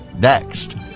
Next